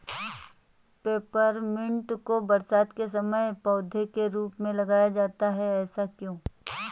Peppermint को बरसात के समय पौधे के रूप में लगाया जाता है ऐसा क्यो?